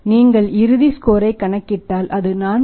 நீங்கள் இறுதி ஸ்கோரை கணக்கிட்டால் அது 4